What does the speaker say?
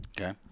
Okay